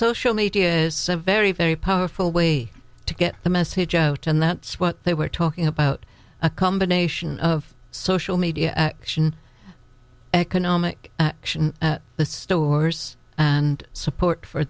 media is a very very potent full way to get the message joked and that's what they were talking about a combination of social media action economic action the stores and support for